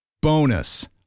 Bonus